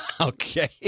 Okay